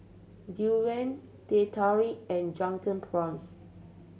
durian Teh Tarik and Drunken Prawns